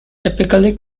typically